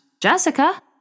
Jessica